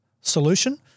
solution